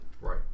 Right